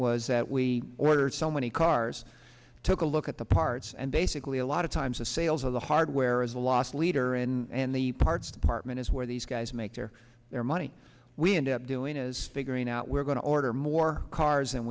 was that we ordered so many cars took a look at the parts and basically a lot of times the sales of the hardware is a loss leader and the parts department is where these guys make their their money we end up doing is figuring out we're going to order more cars and